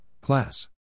Class